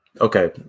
Okay